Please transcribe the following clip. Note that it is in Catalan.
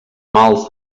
mals